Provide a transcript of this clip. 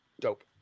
Dope